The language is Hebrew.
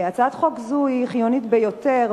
הצעת חוק זו היא חיונית ביותר,